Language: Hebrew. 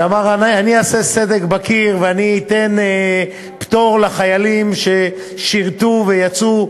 הוא אמר: אני אעשה סדק בקיר ואתן פטור לחיילים ששירתו ויצאו,